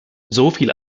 soviel